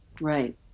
Right